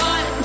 one